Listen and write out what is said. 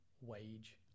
wage